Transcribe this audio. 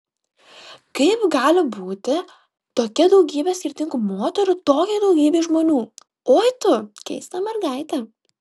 kaip gali būti tokia daugybe skirtingų moterų tokiai daugybei žmonių oi tu keista mergaite